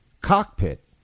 cockpit